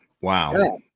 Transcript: wow